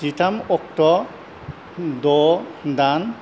जिथाम अक्ट' द' दान